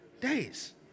days